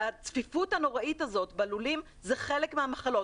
והצפיפות הנוראית הזו מהלולים זה חלק מהמחלות.